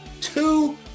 two